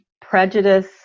prejudice